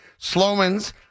Slomans